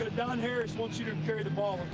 don harris wants you to carry the ball,